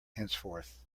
henceforth